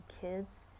kids